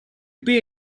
pay